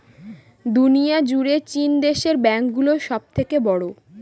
দুনিয়া জুড়ে চীন দেশের ব্যাঙ্ক গুলো সব থেকে বড়ো